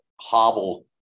hobble